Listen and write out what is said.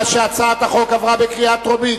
(תיקון, אישור התליית ההיטל בעד צריכת מים עודפת),